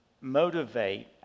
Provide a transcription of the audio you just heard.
motivate